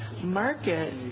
market